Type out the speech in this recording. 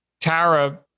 Tara